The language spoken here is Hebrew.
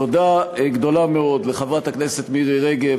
תודה גדולה מאוד לחברת הכנסת מירי רגב,